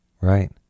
Right